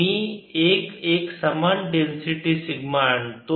मी एक एकसमान density sigma आणतो